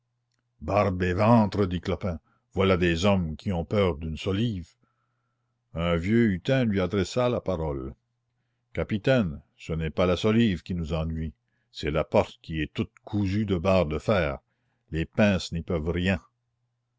et ventre dit clopin voilà des hommes qui ont peur d'une solive un vieux hutin lui adressa la parole capitaine ce n'est pas la solive qui nous ennuie c'est la porte qui est toute cousue de barres de fer les pinces n'y peuvent rien